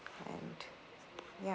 and ya